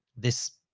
this.